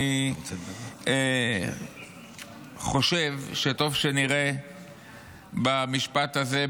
אני חושב שטוב שנראה במשפט הזה,